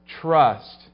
trust